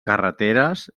carreteres